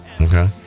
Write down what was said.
Okay